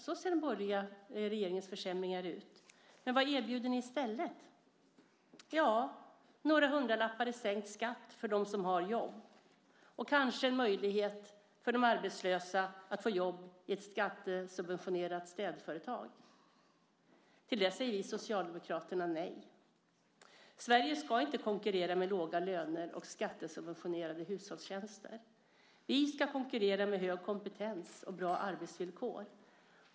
Så ser den borgerliga regeringens försämringar ut. Vad erbjuder ni i stället? Det är några hundralappar i sänkt skatt för dem som har jobb och kanske möjlighet för de arbetslösa att få jobb i ett skattesubventionerat städföretag. Till det säger vi socialdemokrater nej. Sverige ska inte konkurrera med låga löner och skattesubventionerade hushållstjänster. Vi ska konkurrera med hög kompetens och bra arbetsvillkor.